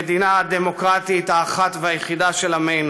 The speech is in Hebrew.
המדינה הדמוקרטית האחת והיחידה של עמנו.